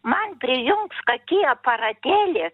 man prijungs kakį aparatėlį